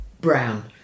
brown